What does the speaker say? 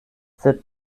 sed